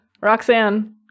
roxanne